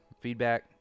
feedback